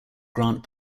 grant